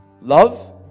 Love